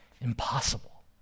impossible